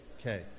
Okay